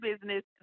business